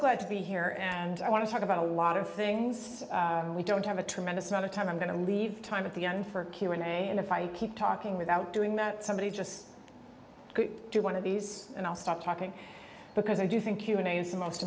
glad to be here and i want to talk about a lot of things we don't have a tremendous amount of time i'm going to leave time at the end for a q and a and if i keep talking without doing that somebody just do one of these and i'll stop talking because i do think